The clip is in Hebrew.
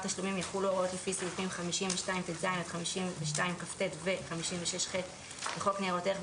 תשלומים יחולו הוראות לפי סעיפים 52טז עד 52כט ו-56ח לחוק ניירות ערך,